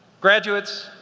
graduates,